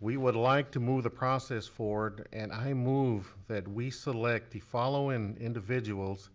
we would like to move the process forward, and i move that we select the followin' individuals